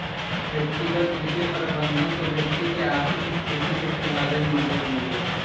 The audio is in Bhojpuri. व्यक्तिगत बित्तीय प्रबंधन से व्यक्ति के आर्थिक स्थिति के सुधारे में मदद मिलेला